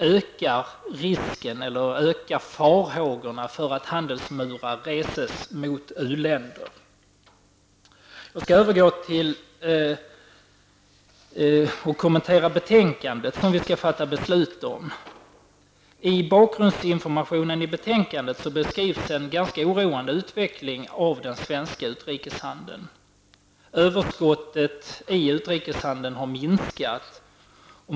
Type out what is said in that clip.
Farhågorna ökar också för att handelsmurar reses mot u-länder. Låt mig så övergå till att kommentera det betänkande som vi skall fatta beslut om. I bakgrundsinformationen i betänkandet beskrivs en ganska oroande utveckling av svensk utrikeshandel. Överskottet i utrikeshandeln har minskat.